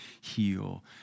heal